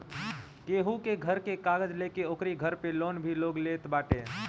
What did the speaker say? केहू के घर के कागज लेके ओकरी घर पे लोन भी लोग ले लेत बाटे